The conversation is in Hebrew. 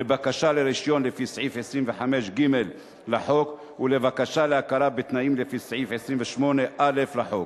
לבקשה לרשיון לפי סעיף 25ג לחוק ולבקשה להכרה בתארים לפי סעיף 28א לחוק.